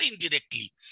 indirectly